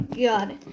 god